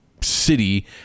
city